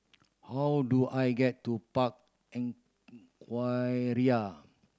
how do I get to Park in